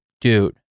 dude